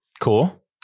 Cool